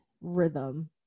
rhythm